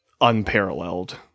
unparalleled